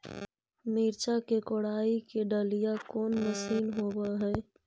मिरचा के कोड़ई के डालीय कोन मशीन होबहय?